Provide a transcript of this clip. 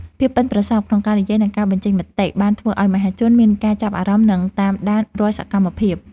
ភាពប៉ិនប្រសប់ក្នុងការនិយាយនិងការបញ្ចេញមតិបានធ្វើឱ្យមហាជនមានការចាប់អារម្មណ៍និងតាមដានរាល់សកម្មភាព។